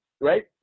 Right